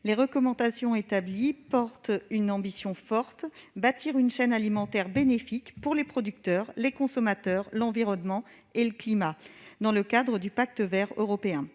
Les recommandations alors établies traduisaient une ambition forte : bâtir une « chaîne alimentaire bénéfique pour les producteurs, les consommateurs, l'environnement et le climat », dans le cadre du pacte vert pour